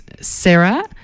sarah